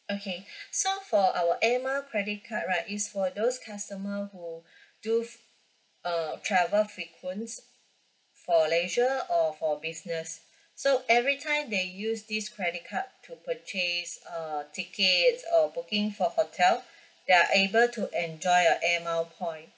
okay so for our air miles credit card right is for those customer who do uh travel frequent for leisure or for business so every time they use this credit card to purchase uh tickets or booking for hotel they're able to enjoy a air mile point